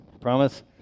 promise